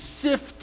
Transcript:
sift